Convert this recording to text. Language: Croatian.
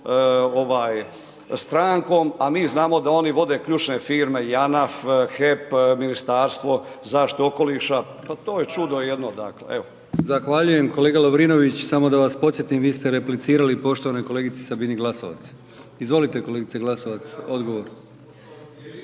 strankom, a mi znamo da oni vode ključne firme JANAF, HEP, Ministarstvo zaštite okoliša, pa to je čudo jedno. Dakle, evo. **Brkić, Milijan (HDZ)** Zahvaljujem kolega Lovrinović. Samo da vas podsjetim vi ste replicirali poštovanoj kolegici Sabini Glasovac. Izvolite kolegice Glasovac, odgovor.